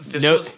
no